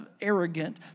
arrogant